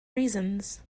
reasons